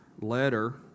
letter